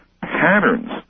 patterns